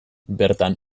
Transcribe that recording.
bertan